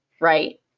right